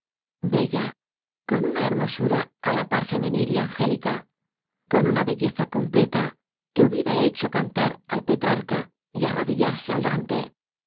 bella con una hermosura á la par femenil y angélica con una belleza completa que hubiera hecho cantar al petrarca y arrodillarse al dante